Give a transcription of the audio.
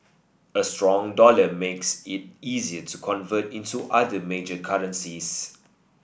a strong dollar makes it easier to convert into other major currencies